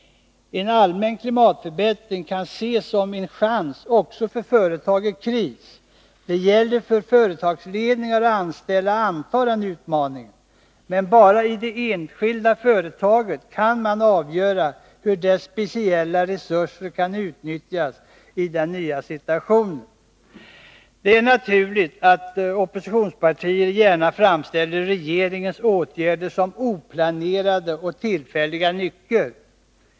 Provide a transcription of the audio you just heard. En allmän klimatförbättring kan ses som en chans också för företag i kris. Det gäller för företagsledningar och anställda att anta den utmaningen. Men bara i det enskilda företaget kan man avgöra hur dess speciella resurser kan utnyttjas i den nya situationen. Det är naturligt att oppositionspartier gärna framställer regeringens åtgärder som oplanerade och som tillfälliga nycker.